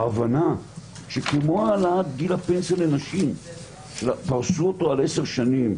ההבנה שכמו העלאת גיל הפנסיה לנשים שפרשו אותו על 10 שנים,